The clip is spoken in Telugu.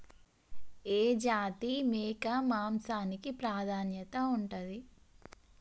ఏ జాతి మేక మాంసానికి ప్రాధాన్యత ఉంటది?